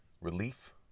relief